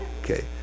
okay